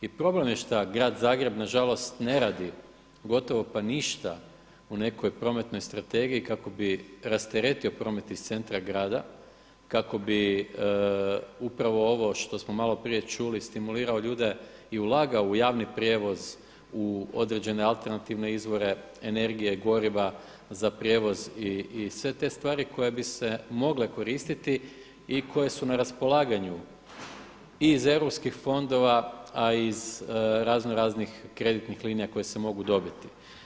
I problem je šta grad Zagreb na žalost ne radi gotovo pa ništa u nekoj Prometnoj strategiji kako bi rasteretio promet iz centra grada, kako bi upravo ovo što smo malo prije čuli stimulirao ljude i ulagao u javni prijevoz u određene alternativne izvore energije, goriva za prijevoz i sve te stvari koje bi se mogle koristiti i koje su na raspolaganju i iz Europskih fondova, a i iz razno raznih kreditnih linija koje se mogu dobiti.